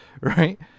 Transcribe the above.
Right